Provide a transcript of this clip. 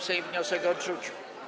Sejm wniosek odrzucił.